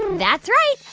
that's right.